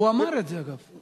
הוא אמר את זה, אגב.